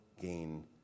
gain